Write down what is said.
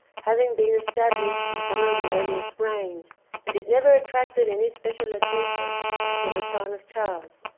having been established in some of the earliest reigns but it never attracted any special attention until the time of charles.